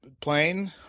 plane